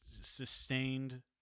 sustained